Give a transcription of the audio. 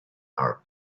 our